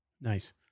nice